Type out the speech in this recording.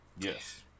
Yes